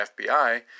FBI